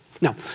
Now